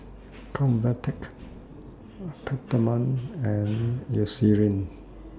Convatec Peptamen and Eucerin